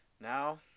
now